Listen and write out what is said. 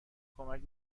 کمک